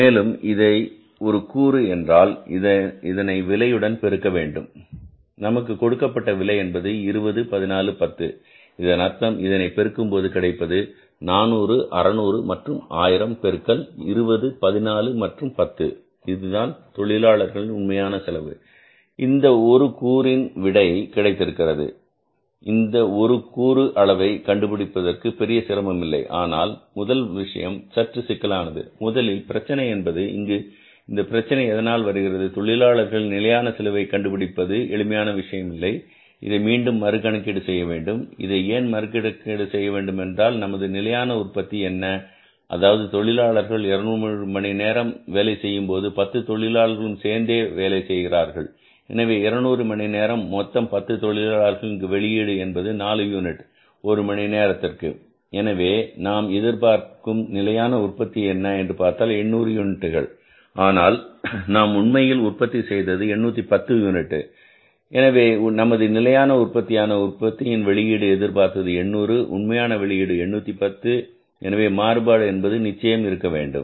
மேலும் இதன் ஒரு கூறு என்றால் இதனை விலையுடன் பெருக்க வேண்டும் நமக்கு கொடுக்கப்பட்ட விலை என்பது 20 14 10 இதன் அர்த்தம் இதனை பெருக்கும்போது கிடைப்பது 400 600 மற்றும் 1000 பெருக்கல் 20 14 மற்றும் 10 இதுதான் தொழிலாளர்களின் உண்மையான செலவு இந்த ஒரு கூறின் விடை கிடைத்திருக்கிறது இந்த ஒரு கூறு அளவை கண்டுபிடிப்பதற்கு பெரிய சிரமம் இல்லை ஆனால் முதல் விஷயம் சற்று சிக்கலானது முதலில் பிரச்சனை என்பது இங்கு இந்த பிரச்சனை எதனால் வருகிறது தொழிலாளர்களின் நிலையான செலவை கண்டுபிடிப்பது எளிமையான விஷயம் இல்லை இதை மீண்டும் மறு கணக்கீடு செய்ய வேண்டும் இதை ஏன் மறு கணக்கீடு செய்ய வேண்டும் என்றால் நமது நிலையான உற்பத்தி என்ன அதாவது தொழிலாளர்களை 200 மணி நேரம் வேலை செய்யும்போது பத்து தொழிலாளர்களும் சேர்ந்தே வேலை செய்கிறார்கள் எனவே 200 மணி நேரம் மொத்தம் 10 தொழிலாளர்கள் இங்கு வெளியீடு என்பது நாலு யூனிட் ஒரு மணி நேரத்திற்கு எனவே நாம் எதிர்பார்க்கும் நிலையான உற்பத்தி என்ன என்று பார்த்தால் 800 யூனிட்டுகள் ஆனால் நாம் உண்மையில் உற்பத்தி செய்தது 810 யூனிட்டுகள் எனவே நமது நிலையான உற்பத்தியான உற்பத்தியின் வெளியீடு எதிர்பார்த்தது 800 உண்மையான வெளியீடு 810 எனவே மாறுபாடு என்பது நிச்சயம் இருக்க வேண்டும்